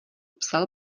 psal